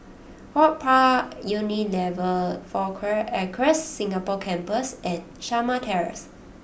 HortPark Unilever Four Acres Singapore Campus and Shamah Terrace